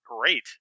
great